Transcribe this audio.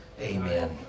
Amen